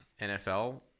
NFL